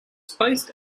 spaced